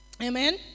amen